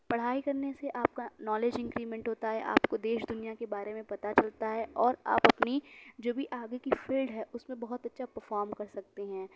پڑھائی کرنے سے آپ کا نالج انکریمنٹ ہوتا ہے آپ کو دیش دنیا کے بارے میں پتہ چلتا ہے اور آپ اپنی جو بھی آگے کی فیلڈ ہے اس میں بہت اچھا پرفارم کر سکتے ہیں